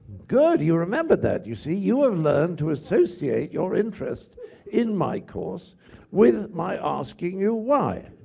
good. you remembered that. you see, you have learned to associate your interest in my course with my asking you why.